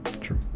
True